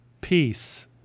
peace